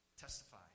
testify